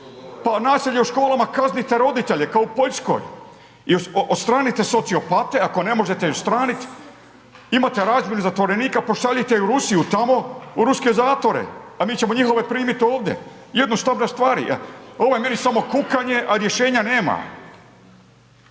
Pa nasilje u školama, kaznite roditelje, kao u Poljskoj. Odstranite sociopate, ako ne možete odstraniti, imate razmjenu zatvorenika, pošaljite ih u Rusiju tamo u ruske zatvore. A mi ćemo njihove primiti ovdje. Jednostavne stvari, ovo meni samo kukanje, a rješenja nema.